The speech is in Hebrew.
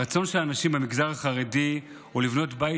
הרצון של הנשים במגזר החרדי הוא לבנות בית